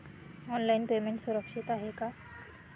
Online payment सुरक्षित आहे का?